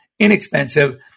Inexpensive